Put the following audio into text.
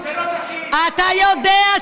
זה לא תקין ולא ראוי,